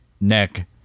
neck